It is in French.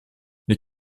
les